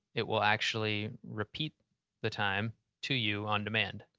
it will actually repeat the time to you on demand,